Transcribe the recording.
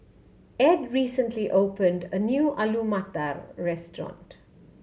Edd recently opened a new Alu Matar Restaurant